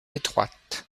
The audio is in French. étroites